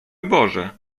boże